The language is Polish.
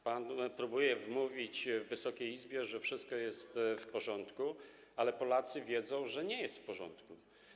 Pan próbuje wmówić Wysokiej Izbie, że wszystko jest w porządku, ale Polacy wiedzą, że nie jest w porządku.